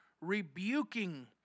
rebuking